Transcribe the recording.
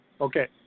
Okay